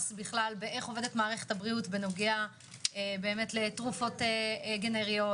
על איך עובדת מערכת הבריאות בנוגע לתרופות גנריות.